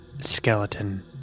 skeleton